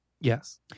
Yes